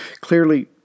Clearly